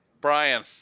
Brian